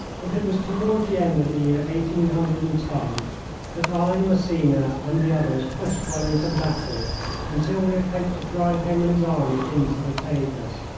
that it was toward the end of the year eighteen hundred and ten that i and massena and the others pushed wellington backward until we had hoped to drive him and his army into the tagus.